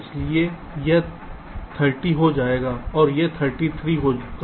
इसलिए यह 30 हो जाएगा और यह 33 होगा